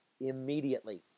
immediately